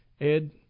Ed